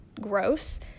gross